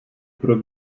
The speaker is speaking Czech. pro